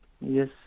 Yes